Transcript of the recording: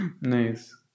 Nice